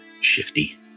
shifty